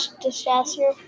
disaster